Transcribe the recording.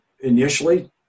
initially